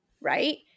right